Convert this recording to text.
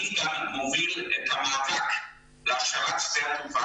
אני גם מוביל את המהלך להשארת שדה התעופה